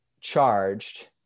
charged